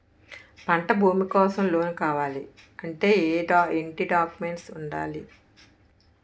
పంట భూమి కోసం లోన్ కావాలి అంటే ఏంటి డాక్యుమెంట్స్ ఉండాలి?